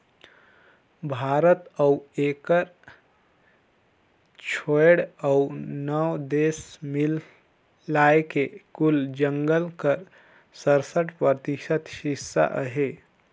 भारत अउ एकर छोंएड़ अउ नव देस मिलाए के कुल जंगल कर सरसठ परतिसत हिस्सा अहे